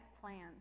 plans